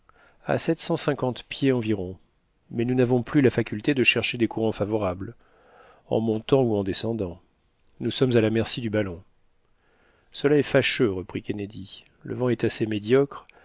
sept cent cinquante pieds environ mais nous n'avons plus la faculté de chercher des courants favorables en montant ou en descendant nous sommes à la merci du ballon cela est fâcheux reprit kennedy le vent est assez médiocre